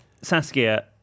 Saskia